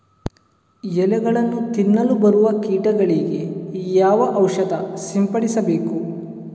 ಎಲೆಗಳನ್ನು ತಿನ್ನಲು ಬರುವ ಕೀಟಗಳಿಗೆ ಯಾವ ಔಷಧ ಸಿಂಪಡಿಸಬೇಕು?